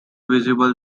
visible